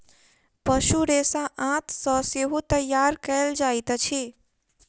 पशु रेशा आंत सॅ सेहो तैयार कयल जाइत अछि